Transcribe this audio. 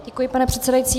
Děkuji, pane předsedající.